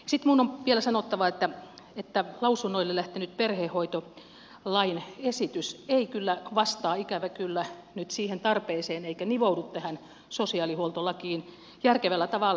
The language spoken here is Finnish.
sitten minun on vielä sanottava että lausunnoille lähtenyt perhehoitolain esitys ei kyllä vastaa ikävä kyllä nyt siihen tarpeeseen eikä nivoudu tähän sosiaalihuoltolakiin järkevällä tavalla